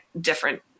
different